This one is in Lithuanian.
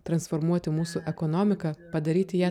transformuoti mūsų ekonomiką padaryti ją